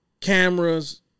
cameras